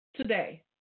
today